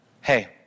Hey